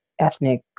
ethnic